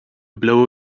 blow